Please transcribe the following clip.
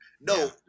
No